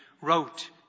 wrote